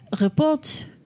report